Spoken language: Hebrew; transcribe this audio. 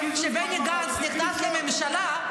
כשבני גנץ נכנס לממשלה,